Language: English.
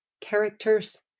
characters